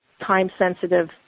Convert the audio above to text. time-sensitive